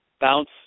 bounce